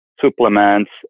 supplements